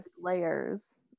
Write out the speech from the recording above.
layers